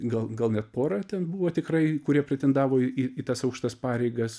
gal gal net pora ten buvo tikrai kurie pretendavo į į tas aukštas pareigas